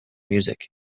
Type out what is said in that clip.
music